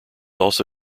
also